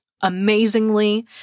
amazingly